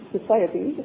Society